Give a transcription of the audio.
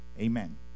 Amen